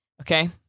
Okay